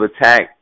attack